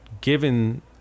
given